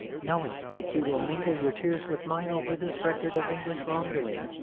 knowing that you will mingle your tears with mine over this record of english wrong-doing,